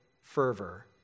fervor